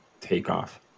takeoff